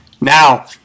now